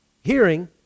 hearing